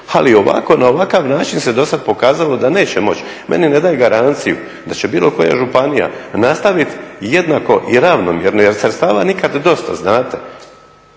Ali ovako, na ovakav način se dosad pokazalo da neće moći. Meni ne daju garanciju da će bilo koja županija nastaviti jednako i ravnomjerno jer sredstava nikad dosta znate.